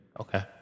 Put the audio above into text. Okay